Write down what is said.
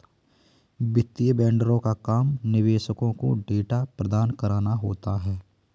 वित्तीय वेंडरों का काम निवेशकों को डेटा प्रदान कराना होता है